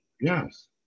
Yes